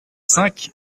cinq